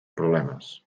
problemes